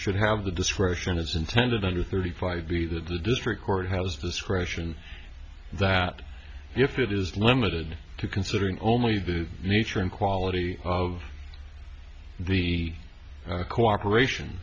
should have the discretion as intended under thirty five b the district court has discretion that if it is limited to considering only the nature and quality of the cooperation